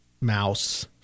mouse